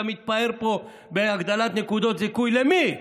אתה מתפאר פה בהגדלת נקודות זיכוי, למי?